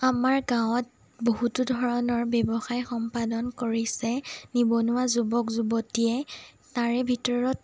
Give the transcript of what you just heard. আমাৰ গাঁৱত বহুতো ধৰণৰ ব্যৱসায় সম্পাদন কৰিছে নিবনুৱা যুৱক যুৱতীয়ে তাৰে ভিতৰত